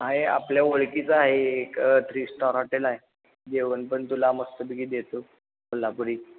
आहे आपल्या ओळखीचा आहे एक थ्री स्टार हॉटेल आहे जेवण पण तुला मस्तपैकी देतो कोल्हापुरी